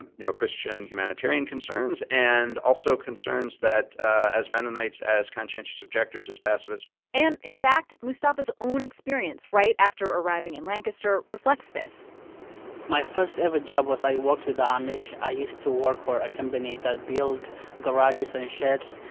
and know, christian humanitarian concerns and also concerns that as mennonites, as conscientious objectors, as pacifists and, in fact, mustafa's own experience right after arriving in lancaster reflects this my first ever job was i worked with the amish. i used to work for a company that build garages and sheds.